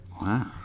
Wow